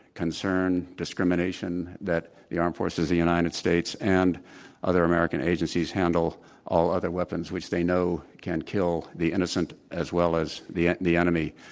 concern, discrimination that the armed forces, the united states and other american agencies handle all other weapons, which they know can kill the innocent as well as the the enemy.